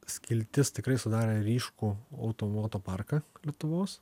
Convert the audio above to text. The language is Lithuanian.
skiltis tikrai sudarė ryškų auto moto parką lietuvos